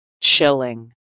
chilling